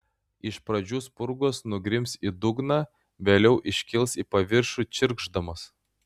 iš pradžių spurgos nugrims į dugną vėliau iškils į paviršių čirkšdamos